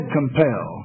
compel